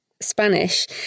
Spanish